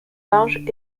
larges